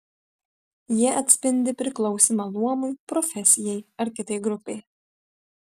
jie atspindi priklausymą luomui profesijai ar kitai grupei